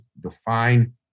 define